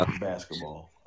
Basketball